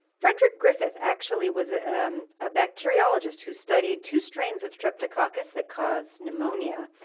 frederick griffith actually was a bacteriologist who studied two strains of streptococcus that caused pneumonia,